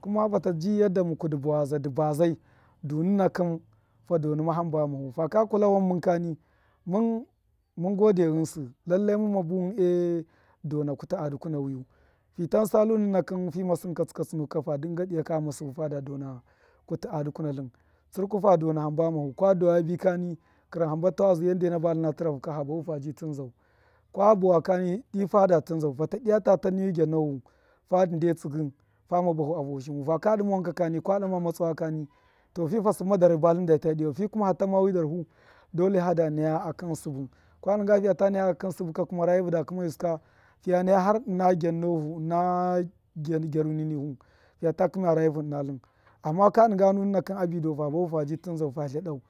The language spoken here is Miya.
kuma fata ji yarda muku ṫ bawaza dṫ bazai dununa kṫm fa donnṫma hamba ghama fu faka kuta wan mun kani mun mun gode ghṫnsṫ lallai mumma buwn e dona kuti a dukuna wiyu fi tansalu nuna kṫn fama sṫn katsṫ katsṫ ne kani lo fa dṫnga dayaka ghama sṫbṫ e dona kutu a dukuna tlṫn tsṫrku fa dona hamba ghama hu kwa dawa bi kani kṫrṫn hamba tawaji wane na batlṫna tṫrahu ka ha bahu habi tṫnzau kwa bawa kani dṫ fada tṫnzau fata diya ta tani gyannohu fa dṫ nde tsṫgṫ fame bahu a vushimu faka dṫma wankakani ka ga matsawa kani to fi fa sṫmma darhṫ ba tlṫn da ta diyali fi kuma hatamma wi darhu dole hada naya akṫn sṫbṫ ka dṫnga fiya ta naya akṫn sṫbṫ ka rayi fu da kṫmayu sṫ ka fiya naya har ṫna gyanno hu ṫna gyaruni nihu fiya ta kṫmaya rayi hu ṫna tlṫn amma ka dṫnga nu nuna kṫn ati dau fa bahu fa ji tinzau fa tladau.